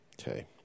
Okay